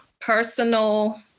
personal